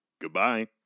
goodbye